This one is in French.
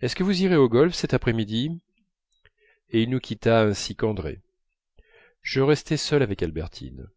est-ce que vous irez au golf cette après-midi et il nous quitta ainsi qu'andrée je restai seul avec albertine